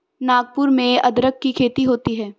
नागपुर में अदरक की खेती होती है